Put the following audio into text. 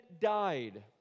died